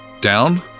Down